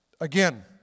again